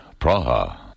Praha